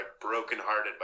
brokenhearted